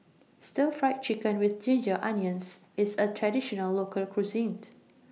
Stir Fried Chicken with Ginger Onions IS A Traditional Local Cuisine